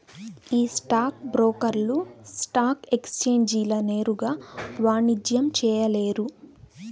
ఈ స్టాక్ బ్రోకర్లు స్టాక్ ఎక్సేంజీల నేరుగా వాణిజ్యం చేయలేరు